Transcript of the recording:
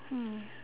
hmm